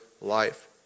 life